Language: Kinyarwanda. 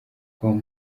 com